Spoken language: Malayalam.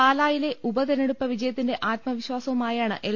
പാലായിലെ ഉപതെരഞ്ഞെടുപ്പ് വിജയത്തിന്റെ ആത്മവിശ്വാ സവുമായാണ് എൽ